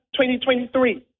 2023